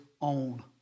own